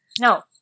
No